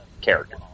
character